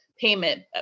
payment